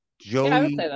Joey